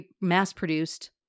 mass-produced